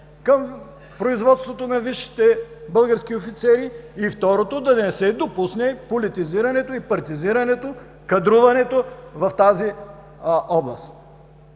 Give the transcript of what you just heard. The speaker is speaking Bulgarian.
към производството на висшите български офицери и, второто, да не се допусне политизирането, партизирането, кадруването, в тази област.